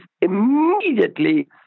immediately